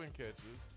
catches